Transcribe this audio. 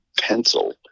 pencil